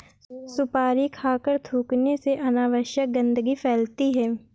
सुपारी खाकर थूखने से अनावश्यक गंदगी फैलती है